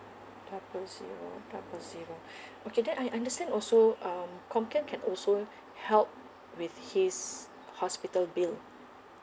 double zero double zero okay then I understand also um comcare can also help with his hospital bill